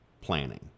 planning